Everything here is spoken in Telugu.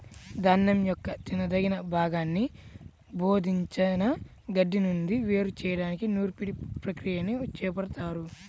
ధాన్యం యొక్క తినదగిన భాగాన్ని జోడించిన గడ్డి నుండి వేరు చేయడానికి నూర్పిడి ప్రక్రియని చేపడతారు